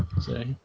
say